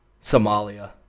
Somalia